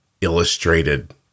illustrated